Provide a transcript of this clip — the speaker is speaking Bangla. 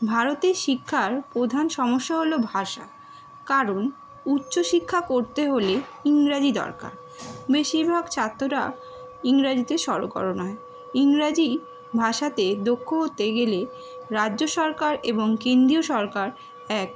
ভারতের শিক্ষার প্রধান সমস্যা হল ভাষা কারণ উচ্চ শিক্ষা করতে হলে ইংরাজি দরকার বেশিরভাগ ছাত্ররা ইংরাজিতে সড়গড় নয় ইংরাজি ভাষাতে দক্ষ হতে গেলে রাজ্য সরকার এবং কেন্দ্রীয় সরকার এক